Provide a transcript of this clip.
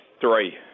three